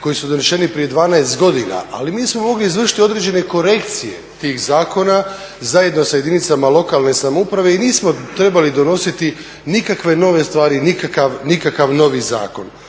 koji su doneseni prije 12 godina, ali mi smo mogli izvršiti određene korekcije tih zakona zajedno sa jedinicama lokalne samouprave i nismo trebali donositi nikakve nove stvari, nikakav novi zakon.